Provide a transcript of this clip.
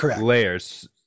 layers